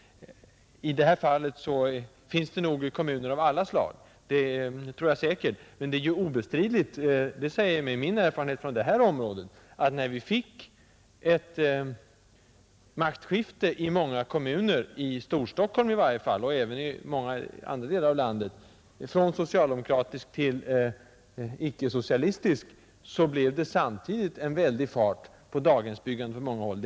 Det finns nog kommuner av alla slag som kan tas som exempel i det här avseendet. Men det är obestridligt att när vi fick ett maktskifte, både i Storstockholm och i många andra delar av landet, från socialdemokratin till icke-socialistiska partier, så blev det samtidigt en väldig fart på daghemsbyggandet på många håll.